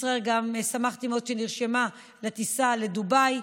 ישראייר, גם שמחתי מאוד שנרשמה לטיסה לדובאי.